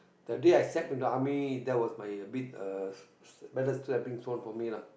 that day I step into army that was my a bit uh better stepping stone for me lah